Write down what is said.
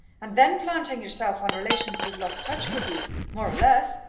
and then planting yourself on relations who've lost touch with ye, more or less,